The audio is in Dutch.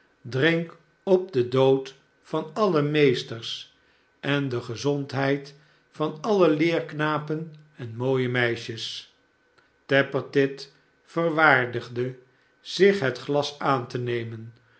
drink op den dood van alle meesters en de gezondheid van alle leerknapen en mooie meisjes tappertit verwaardigde zich het glas aan te nemen